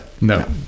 no